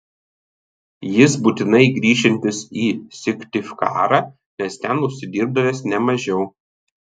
jis būtinai grįšiantis į syktyvkarą nes ten užsidirbdavęs ne mažiau